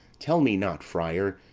tell me not, friar,